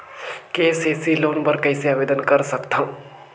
KCC loan बर कइसे आवेदन कर सकथव?